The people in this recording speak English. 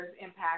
impact